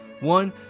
One